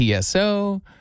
TSO